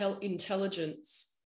intelligence